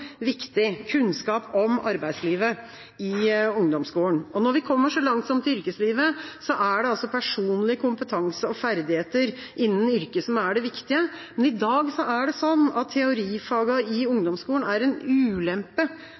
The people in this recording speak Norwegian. viktig – kunnskap om arbeidslivet. Når vi kommer så langt som til yrkeslivet, er det personlig kompetanse og ferdigheter innen yrket som er det viktige. Men i dag er det sånn at teorifagene i ungdomsskolen er en ulempe